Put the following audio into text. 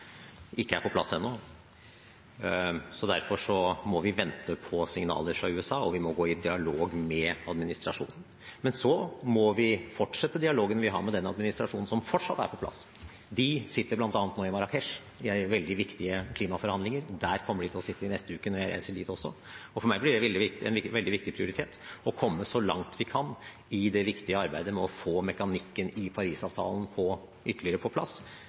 ikke er på plass ennå. Derfor må vi vente på signaler fra USA, og vi må gå i dialog med administrasjonen. Men så må vi fortsette dialogen vi har med den administrasjonen som fortsatt er på plass. De sitter bl.a. nå i Marrakech i veldig viktige klimaforhandlinger. Der kommer de til å sitte i neste uke når jeg reiser dit også. For meg blir det en veldig viktig prioritet å komme så langt vi kan i det viktige arbeidet med å få mekanikken i Paris-avtalen ytterligere på plass